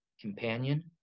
companion